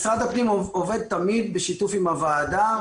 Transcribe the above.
משרד הפנים עובד תמיד בשיתוף עם הועדה,